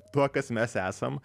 tuo kas mes esam